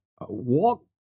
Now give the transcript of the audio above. walk